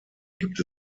gibt